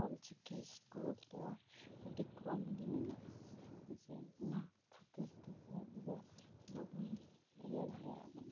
Ol Chiki school ᱫᱚ ᱟᱹᱰᱤ ᱠᱚᱢᱜᱮ ᱢᱮᱱᱟᱜᱼᱟ ᱡᱮ ᱚᱱᱟ ᱠᱷᱟᱹᱛᱤᱨᱛᱮ ᱟᱵᱚᱫᱚ ᱵᱟᱵᱚᱱ ᱤᱭᱟᱹ ᱫᱟᱲᱮᱭᱟᱜ ᱠᱟᱱᱟ